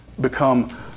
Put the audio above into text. become